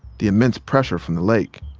the immense pressure from the lake